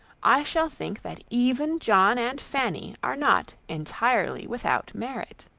i shall think that even john and fanny are not entirely without merit.